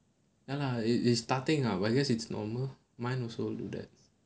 ya lah it is starting lah but I guess it's normal mine also do that